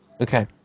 Okay